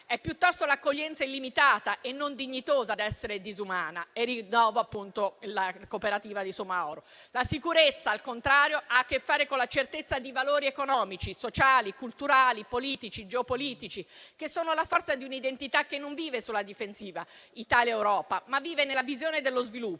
È piuttosto l'accoglienza illimitata e non dignitosa ad essere disumana e rinnovo, appunto, il riferimento alla cooperativa di Soumahoro. La sicurezza, al contrario, ha a che fare con la certezza di valori economici, sociali, culturali, politici, geopolitici, che sono la forza di un'identità che non vive sulla difensiva, Italia ed Europa, ma vive nella visione dello sviluppo: